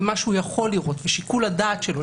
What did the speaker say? במה שהוא יכול לראות ושיקול הדעת שלו,